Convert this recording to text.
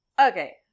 Okay